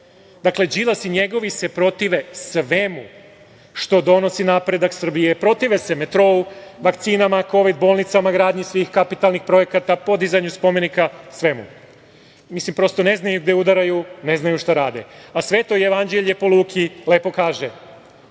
Dakle, Đilas i njegovi se protive svemu što donosi napredak Srbije, protive se metrou, vakcinama, kovid-bolnicama, gradnji svih kapitalnih projekata, podizanju spomenika, svemu. Mislim, prosto ne znaju gde udaraju, ne znaju šta rade. A Sveto jevanđelje po Luki lepo kaže,